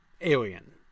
alien